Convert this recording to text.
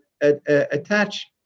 attach